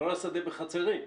ולא לשדה בחצרים.